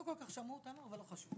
לא כל כך שמעו אותנו, אבל לא חשוב.